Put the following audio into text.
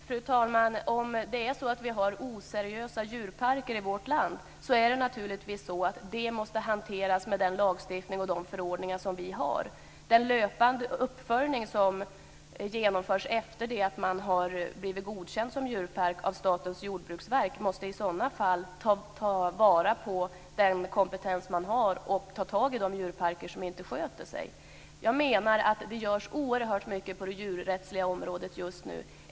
Fru talman! Om det är så att vi har oseriösa djurparker i vårt land måste det naturligtvis hanteras med den lagstiftning och de förordningar vi har. Den löpande uppföljning som genomförs av Statens jordbruksverk efter det att man har blivit godkänd som djurpark måste i sådana fall ta vara på den kompetens man har och ta itu med de djurparker som inte sköter sig. Jag menar att det görs oerhört mycket på det djurrättsliga området just nu.